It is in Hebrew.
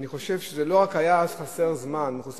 זה לא היה אז רק מחוסר זמן.